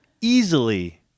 easily